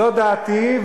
זאת דעתי.